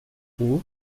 haut